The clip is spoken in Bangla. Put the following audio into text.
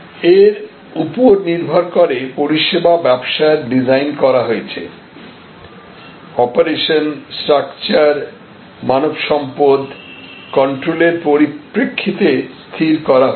এর উপর নির্ভর করে পরিষেবা ব্যবসার ডিজাইন করা হয়েছে অপারেশন স্ট্রাকচার মানব সম্পদ কন্ট্রোলের পরিপ্রেক্ষিতে স্থির করা হয়েছে